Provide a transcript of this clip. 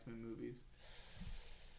movies